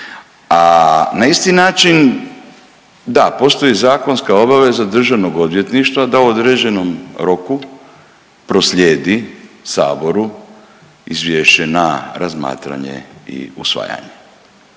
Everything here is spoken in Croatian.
na isti način, da postoji zakonska obaveza državnog odvjetništva da u određenom roku proslijedi saboru izvješće na razmatranje i usvajanje.